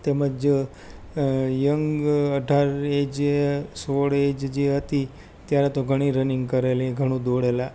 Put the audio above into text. તેમજ યંગ અઢાર એજ સોળ એજ જે હતી ત્યારે તો ઘણી રનિંગ કરેલી ને ઘણું દોડેલા